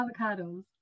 avocados